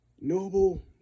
Noble